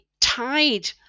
tied